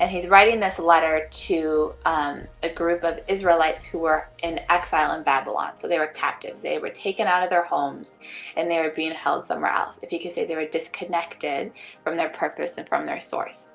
and he's writing this letter to a group of israelites who were in exile in babylon so they were captives they were taken out of their homes and they were being held somewhere else if you could, say they were disconnected from their purpose and from their source